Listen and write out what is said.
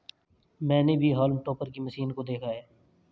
मैंने भी haulm topper की मशीन को देखा है